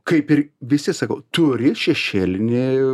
kaip ir visi sakau turi šešėlinį